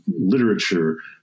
literature